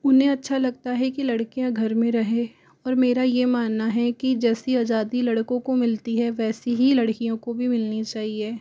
उन्हें अच्छा लगता है कि लड़कियाँ घर में रहें और मेरा यह मानना है कि जैसी आज़ादी लड़कों को मिलती है वैसी ही लड़कियों को भी मिलनी चाहिए